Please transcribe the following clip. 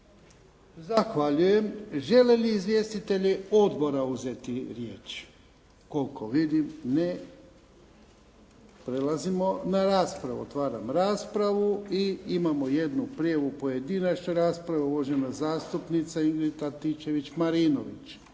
Zahvaljujem. Žele li izvjestitelji odbora uzeti riječ? Koliko vidim ne. Prelazimo na raspravu. Otvaram raspravu. I imamo jednu prijavu pojedinačne rasprave. Uvažena zastupnica Ingrid Antičević Marinović.